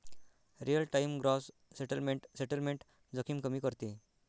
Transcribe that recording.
real time gross settlement settlement जोखीम कमी करते